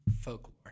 Folklore